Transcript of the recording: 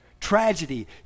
Tragedy